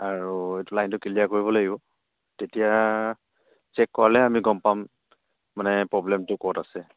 আৰু এইটো লাইনটো ক্লিয়াৰ কৰিব লাগিব তেতিয়া চেক কৰালেহে আমি গম পাম মানে প্ৰ'ব্লেমটো ক'ত আছে